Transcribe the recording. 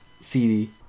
CD